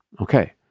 Okay